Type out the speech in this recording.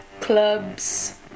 Clubs